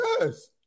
yes